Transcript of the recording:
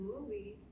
movie